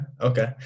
Okay